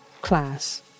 class